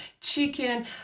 chicken